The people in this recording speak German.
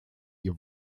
ihr